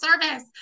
service